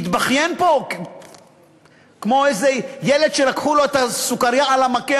מתבכיין פה כמו איזה ילד שלקחו לו את הסוכרייה על המקל,